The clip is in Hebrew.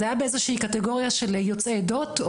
זה היה באיזושהי קטגוריה של יוצאי עדות,